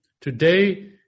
Today